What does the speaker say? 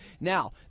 Now